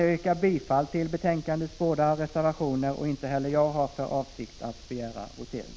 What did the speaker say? Jag yrkar bifall till betänkandets båda reservationer, men inte heller jag har för avsikt att begära votering.